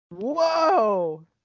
Whoa